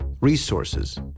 resources